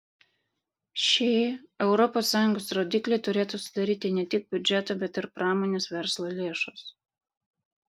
šį europos sąjungos rodiklį turėtų sudaryti ne tik biudžeto bet ir pramonės verslo lėšos